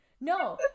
No